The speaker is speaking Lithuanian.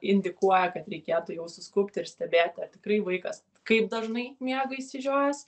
indikuoja kad reikėtų jau suskubti ir stebėti ar tikrai vaikas kaip dažnai miega išsižiojęs